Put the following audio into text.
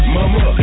Mama